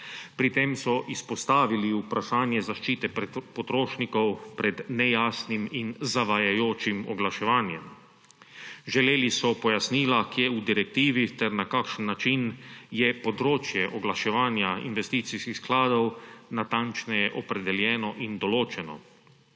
Pri tem so izpostavili vprašanje zaščite potrošnikov pred nejasnim in zavajajočim oglaševanjem. Želeli so pojasnila, kje v direktivi ter na kakšen način je področje oglaševanja investicijskih skladov natančneje opredeljeno in določeno.